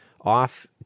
off